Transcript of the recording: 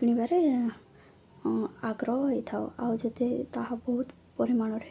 କିଣିବାରେ ଆଗ୍ରହ ହେଇଥାଉ ଆଉ ଯତେ ତାହା ବହୁତ ପରିମାଣରେ